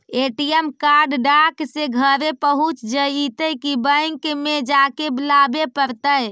ATM card डाक से घरे पहुँच जईतै कि बैंक में जाके लाबे पड़तै?